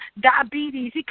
Diabetes